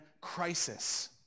crisis